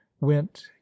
went